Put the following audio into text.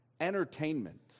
entertainment